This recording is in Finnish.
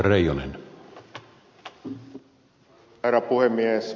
herra puhemies